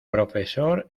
profesor